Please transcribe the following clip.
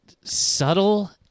subtle